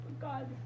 God